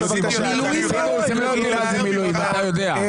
אבל לא יודעים מה זה מילואים על תנאי.